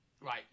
Right